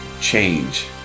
change